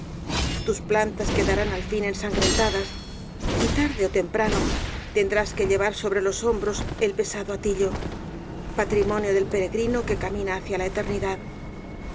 tus plantas quedarán al fin'ensangrentadas y tarde ó temprano tendrás que llevar sobre los hombros el pesado hatillo patrimonio del peregrino que camina hacia la eternidad